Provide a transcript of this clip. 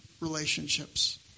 relationships